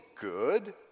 good